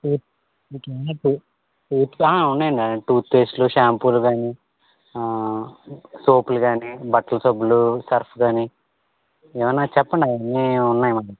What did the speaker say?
ఉన్నాయి అండి అవి టూత్ పేస్ట్లు షాంపూలు గానీ సోప్లు గానీ బట్టల సబ్బులు సర్ఫ్ గానీ ఏవన్న చెప్పండి అవన్నీ ఉన్నాయి